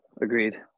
Agreed